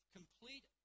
complete